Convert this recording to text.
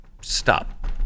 stop